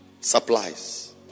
supplies